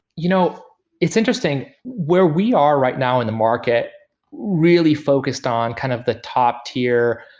you know it's interesting, where we are right now in the market really focused on kind of the top tier,